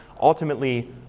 ultimately